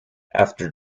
after